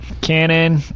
cannon